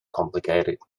complicated